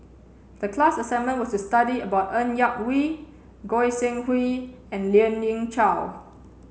the class assignment was to study about Ng Yak Whee Goi Seng Hui and Lien Ying Chow